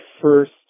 first